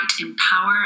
empower